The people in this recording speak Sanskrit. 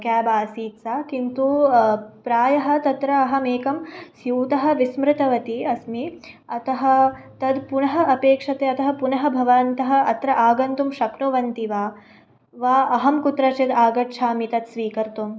क्याब् आसीत् सा किन्तु प्रायः तत्र अहम् एकं स्यूतं विस्मृतवती अस्मि अतः तद् पुनः अपेक्ष्यते अतः पुनः भवन्तः अत्र आगन्तुं शक्नुवन्ति वा वा अहं कुत्रचित् आगच्छामि तद् स्वीकर्तुम्